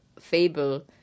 fable